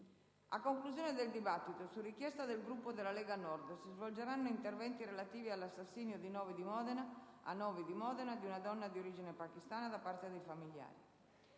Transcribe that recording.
A conclusione del dibattito, su richiesta del Gruppo della Lega Nord, si svolgeranno interventi relativi all'assassinio a Novi di Modena di una donna di origine pakistana da parte dei familiari.